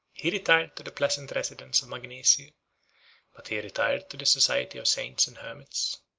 he retired to the pleasant residence of magnesia but he retired to the society of saints and hermits.